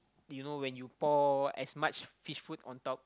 you know when you pour as much fish food on top